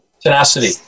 tenacity